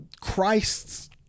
christ's